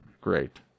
great